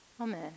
Amen